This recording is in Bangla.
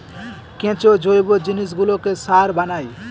কেঁচো জৈব জিনিসগুলোকে সার বানায়